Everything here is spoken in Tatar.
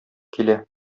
килә